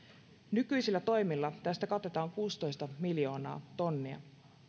nykyisillä toimilla tästä katetaan kuusitoista miljoonaa tonnia